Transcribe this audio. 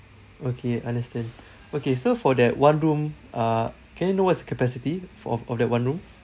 okay understand okay so for that one room uh can I know what's the capacity for of that one room